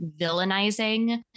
villainizing